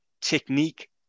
technique